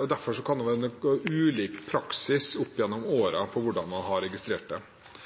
og derfor kan det være noe ulik praksis opp gjennom årene på hvordan man har registrert det.